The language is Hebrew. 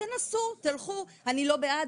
תנסו, תלכו, אני לא בעד.